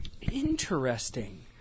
Interesting